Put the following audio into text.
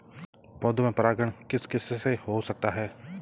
पौधों में परागण किस किससे हो सकता है?